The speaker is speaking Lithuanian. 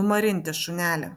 numarinti šunelį